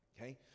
Okay